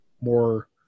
more